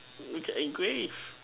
we can engrave